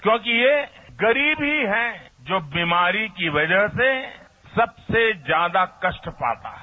क्योंकि ये गरीब ही है जो बीमारी की वजह से सबसे ज्यादा कष्ट पाता है